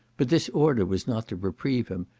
but this order was not to reprieve him,